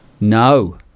no